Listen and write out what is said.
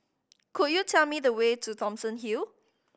could you tell me the way to Thomson Hill